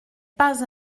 pas